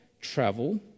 travel